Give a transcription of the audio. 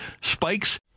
Spikes